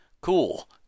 Cool